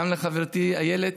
גם לחברתי איילת,